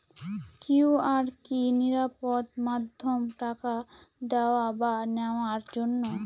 QR কি নিরাপদ মাধ্যম টাকা দেওয়া বা নেওয়ার জন্য?